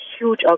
huge